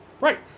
Right